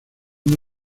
una